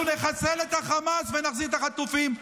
אנחנו נחסל את החמאס ונחזיר את החטופים,